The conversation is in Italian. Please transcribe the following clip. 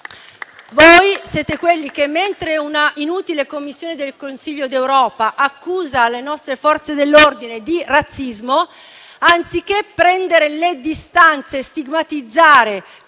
Voi siete quelli che, mentre una inutile commissione del Consiglio d'Europa accusa le nostre Forze dell'ordine di razzismo, anziché prendere le distanze e stigmatizzare